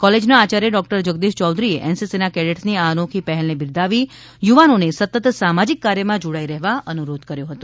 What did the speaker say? કોલેજના આયાર્ય ડોકટર જગદીશ ચૌધરીએ એનસીસીના કેડેટ્સની આ અનોખી પહેલને બિરદાવી યુવાનોને સતત સામાજીક કાર્યમાં જોડાઇ રહેવા અનુરોધ કર્યો હતો